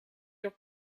door